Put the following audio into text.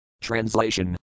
Translation